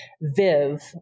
Viv